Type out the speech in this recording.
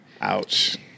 Ouch